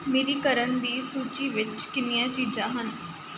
ਮੇਰੀ ਕਰਨ ਦੀ ਸੂਚੀ ਵਿੱਚ ਕਿੰਨੀਆਂ ਚੀਜ਼ਾਂ ਹਨ